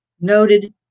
noted